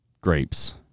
grapes